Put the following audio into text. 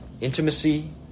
intimacy